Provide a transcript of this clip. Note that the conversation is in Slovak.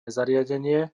zariadenie